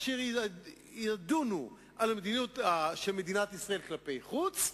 אשר בו ידונו על המדיניות של מדינת ישראל כלפי חוץ,